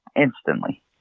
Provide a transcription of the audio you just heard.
Instantly